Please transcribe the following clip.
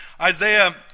Isaiah